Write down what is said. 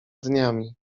dniami